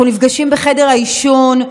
אנחנו נפגשים בחדר העישון.